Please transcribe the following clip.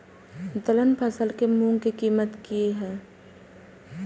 दलहन फसल के मूँग के कीमत की हय?